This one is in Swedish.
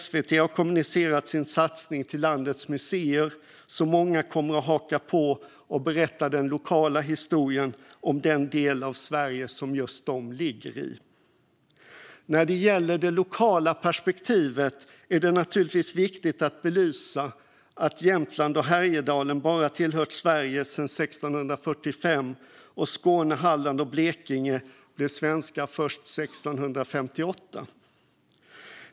SVT har kommunicerat sin satsning till landets museer, så många kommer att haka på och berätta den lokala historien om den del av Sverige som just de finns i. När det gäller det lokala perspektivet är det naturligtvis viktigt att belysa att Jämtland och Härjedalen bara tillhört Sverige sedan 1645 och att Skåne, Halland och Blekinge blev svenska först 1658.